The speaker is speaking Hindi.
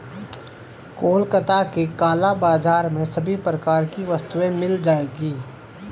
कोलकाता के काला बाजार में सभी प्रकार की वस्तुएं मिल जाएगी